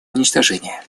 уничтожения